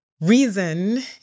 reason